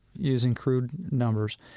using crude numbers,